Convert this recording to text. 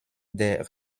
der